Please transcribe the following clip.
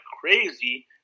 crazy